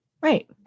right